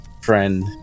friend